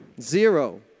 Zero